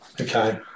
Okay